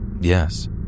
yes